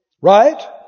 Right